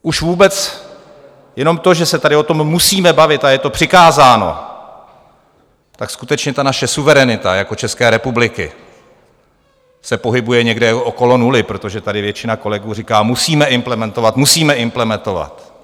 Už jenom to, že se tady o tom musíme bavit a je to přikázáno, tak skutečně ta naše suverenita jako České republiky se pohybuje někde okolo nuly, protože tady většina kolegů říká musíme implementovat, musíme implementovat.